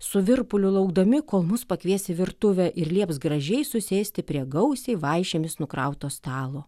su virpuliu laukdami kol mus pakvies į virtuvę ir lieps gražiai susėsti prie gausiai vaišėmis nukrauto stalo